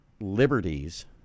liberties